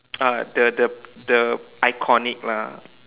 ah the the the iconic lah